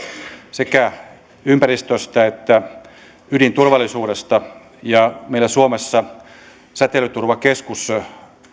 sekä ympäristöstä että ydinturvallisuudesta ja meillä suomessa säteilyturvakeskus